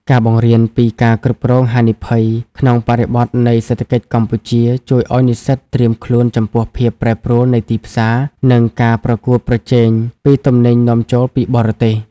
ការបង្រៀនពី "ការគ្រប់គ្រងហានិភ័យ" ក្នុងបរិបទនៃសេដ្ឋកិច្ចកម្ពុជា ជួយឱ្យនិស្សិតត្រៀមខ្លួនចំពោះភាពប្រែប្រួលនៃទីផ្សារ និងការប្រកួតប្រជែងពីទំនិញនាំចូលពីបរទេស។